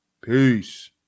peace